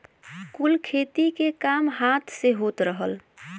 कुल खेती के काम हाथ से होत रहल